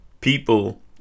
people